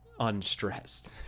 unstressed